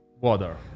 water